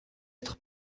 être